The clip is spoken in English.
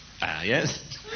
yes